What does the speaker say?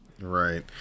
Right